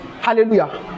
Hallelujah